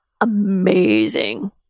amazing